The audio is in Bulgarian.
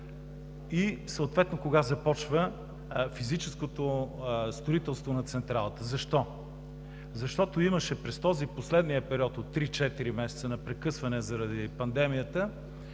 и съответно кога започва физическото строителство на централата? Защо? Защото имаше през последния период от 3 – 4 месеца прекъсване заради пандемията.